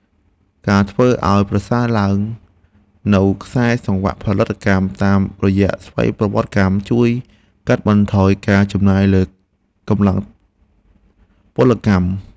ការធ្វើឱ្យប្រសើរឡើងនូវខ្សែសង្វាក់ផលិតកម្មតាមរយៈស្វ័យប្រវត្តិកម្មជួយកាត់បន្ថយការចំណាយលើកម្លាំងពលកម្ម។